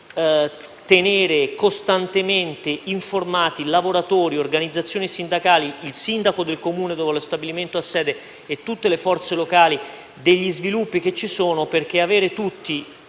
di tenere costantemente informati lavoratori, organizzazioni sindacali, il sindaco del Comune dove lo stabilimento ha sede e tutte le forze locali, degli sviluppi che ci sono, perché avere tutti